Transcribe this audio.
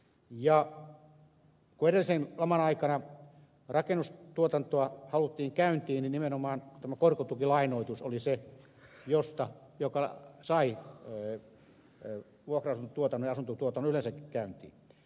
kun edellisen laman aikana rakennustuotantoa haluttiin käyntiin niin nimenomaan tämä korkotukilainoitus oli se joka sai vuokra asuntotuotannon ja asuntotuotannon yleensäkin käyntiin